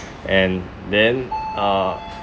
and then uh